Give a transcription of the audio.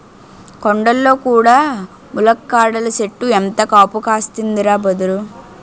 కొండల్లో కూడా ములక్కాడల సెట్టు ఎంత కాపు కాస్తందిరా బదరూ